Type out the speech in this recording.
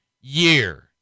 year